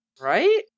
Right